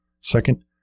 Second